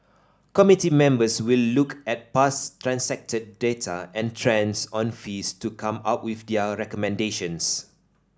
committee members will look at past transacted data and trends on fees to come up with their recommendations